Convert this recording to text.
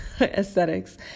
aesthetics